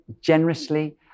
generously